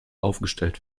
aufgestellt